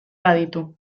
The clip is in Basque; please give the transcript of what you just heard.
baditu